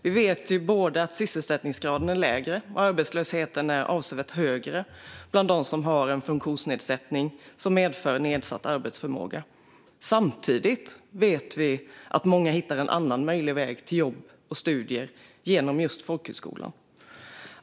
Vi vet både att sysselsättningsgraden är lägre och arbetslösheten avsevärt högre bland dem som har en funktionsnedsättning som medför nedsatt arbetsförmåga. Samtidigt vet vi att många hittar en annan möjlig väg till jobb och studier genom just folkhögskolan.